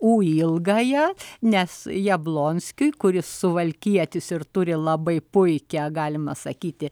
ū ilgąją nes jablonskiui kuris suvalkietis ir turi labai puikią galima sakyti